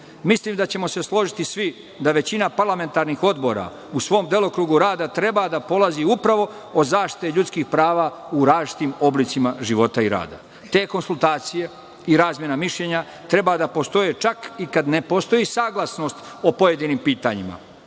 Mislim da ćemo se složiti svi da većina parlamentarnih odbora u svom delokrugu rada treba da polazi upravo od zaštite ljudskih prava u različitim oblicima života i rada. Te konsultacije i razmene mišljenja treba da postoje čak i kada ne postoji saglasnost o pojedinim pitanjima,